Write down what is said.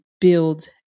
build